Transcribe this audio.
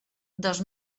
dos